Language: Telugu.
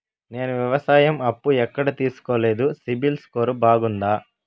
నేను వ్యవసాయం అప్పు ఎక్కడ తీసుకోలేదు, సిబిల్ స్కోరు బాగుందా?